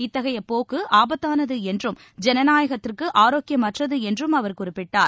இத்தகையப் போக்குஆபத்தானதுஎன்றும் ஜனநாயகத்திற்குஆரோக்கியமற்றதுஎன்றும் அவர் குறிப்பிட்டார்